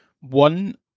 One